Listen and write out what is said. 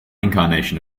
incarnation